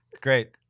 Great